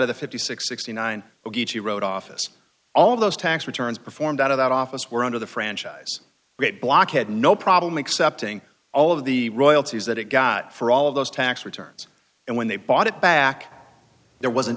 of the fifty six sixty nine road office all those tax returns performed out of that office were under the franchise great block had no problem accepting all of the royalties that it got for all of those tax returns and when they bought it back there wasn't